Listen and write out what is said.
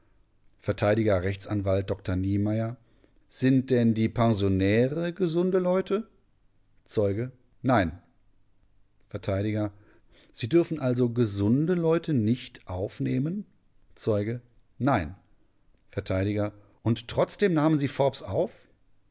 verteidiger rechtsanwalt dr niemeyer sind denn die pensionäre gesunde leute zeuge nein vert sie dürfen also gesunde leute nicht aufnehmen zeuge nein vert und trotzdem nahmen sie den forbes auf